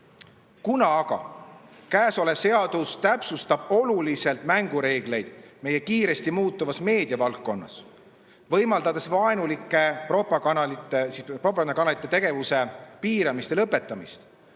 aga kõnealune seadus täpsustab oluliselt mängureegleid meie kiiresti muutuvas meediavaldkonnas, võimaldades vaenulike propagandakanalite tegevuse piiramist ja lõpetamist,